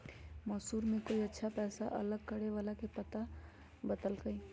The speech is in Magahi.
मैसूर में कोई अच्छा पैसा अलग करे वाला के पता बतल कई